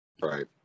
right